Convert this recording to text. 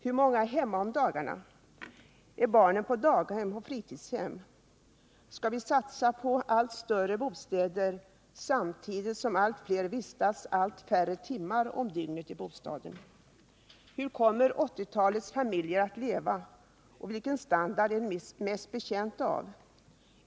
Hur många är hemma på dagarna? Är barnen på daghem eller på fritidshem? Skall vi satsa på allt större bostäder, samtidigt som allt fler vistas allt färre timmar om dygnet i bostaden? Hur kommer 1980 talets familjer att leva och vilken standard är de mest betjänta av?